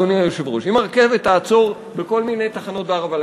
אדוני היושב-ראש: אם הרכבת תעצור בכל מיני תחנות בערבה,